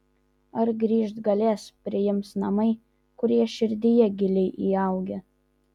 ar grįžt galės priims namai kurie širdyje giliai įaugę